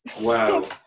Wow